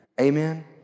Amen